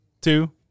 two